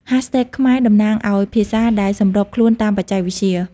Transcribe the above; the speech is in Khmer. ហាស់ថេកខ្មែរតំណាងឱ្យភាសាដែលសម្របខ្លួនតាមបច្ចេកវិទ្យា។